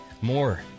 More